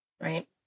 right